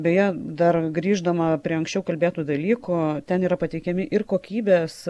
beje dar grįždama prie anksčiau kalbėtų dalykų ten yra pateikiami ir kokybės